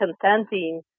consenting